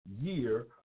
year